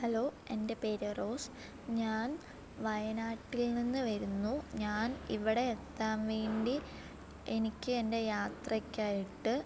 hello എൻ്റെ പേര് Rose ഞാൻ വയനാട്ടിൽ നിന്ന് വരുന്നു ഞാൻ ഇവിടെ എത്താൻ വേണ്ടി എനിക്ക് എൻ്റെ യാത്രയ്ക്കായിട്ട്